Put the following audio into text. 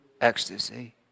ecstasy